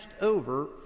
over